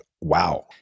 wow